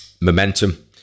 momentum